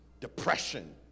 depression